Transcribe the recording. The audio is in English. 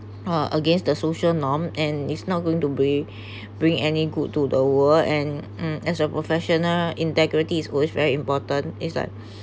uh against the social norm and it's not going to be bring any good to the world and um as a professional integrity is always very important is that